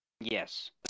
Yes